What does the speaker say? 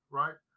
right